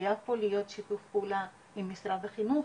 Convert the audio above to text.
שחייב פה להיות שיתוף פעולה עם משרד החינוך